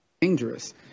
dangerous